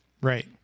Right